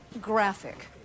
graphic